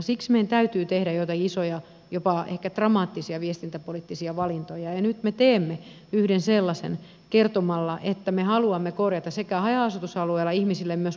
siksi meidän täytyy tehdä joitain isoja ehkä jopa dramaattisia viestintäpoliittisia valintoja ja nyt me teemme yhden sellaisen kertomalla että me haluamme korjata tilannetta myös haja asutusalueilla antamalla ihmisille myös muita vaihtoehtoja